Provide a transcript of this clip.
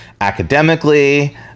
academically